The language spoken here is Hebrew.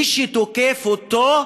מי שתוקף אותו,